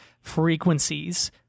frequencies